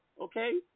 Okay